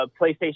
PlayStation